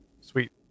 Sweet